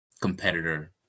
competitor